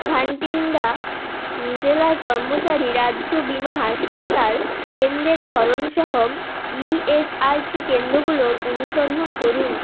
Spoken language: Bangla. ভাটিন্ডা জেলায় কর্মচারী রাজ্য বিমা হাসপাতাল কেন্দ্রের ধরন সহ ই এস আই সি কেন্দ্রগুলোর অনুসন্ধান করুন